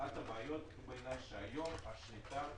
אחת הבעיות בעיני שהיום השחיקה,